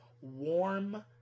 warm